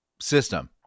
system